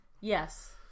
Yes